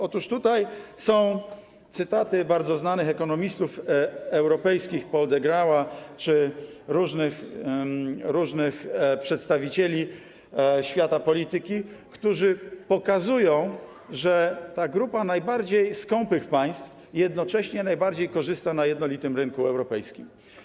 Otóż tutaj są cytaty z wypowiedzi bardzo znanych ekonomistów europejskich, Paula De Grauwe’a, czy różnych przedstawicieli świata polityki, którzy pokazują, że ta grupa najbardziej skąpych państw jednocześnie najbardziej korzysta na jednolitym rynku europejskim.